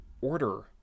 order